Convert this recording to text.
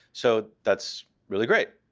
so that's really great.